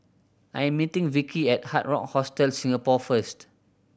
I am meeting Vicki at Hard Rock Hostel Singapore first